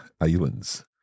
islands